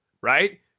right